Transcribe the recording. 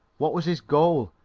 what was this goal?